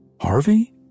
Harvey